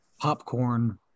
Popcorn